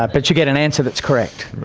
ah but you get an answer that's correct.